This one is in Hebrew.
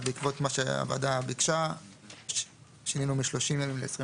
בעקבות מה שביקשה הוועדה שינינו מ-30 ימים ל-21